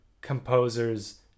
composers